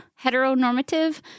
heteronormative